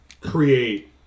create